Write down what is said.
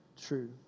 true